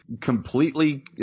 completely